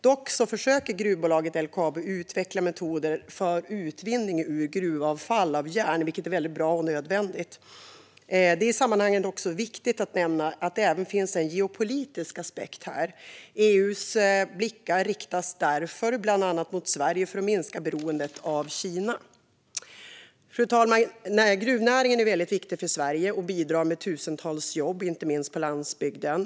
Dock försöker gruvbolaget LKAB utveckla metoder för utvinning ur gruvavfall från järn, vilket är bra och nödvändigt. Det är i sammanhanget viktigt att nämna att det även finns en geopolitisk aspekt här. EU:s blickar riktas därför bland annat mot Sverige för att minska beroendet av Kina. Fru talman! Gruvnäringen är väldigt viktig för Sverige och bidrar med tusentals jobb, inte minst på landsbygden.